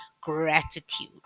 gratitude